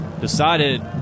decided –